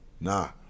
Nah